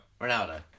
Ronaldo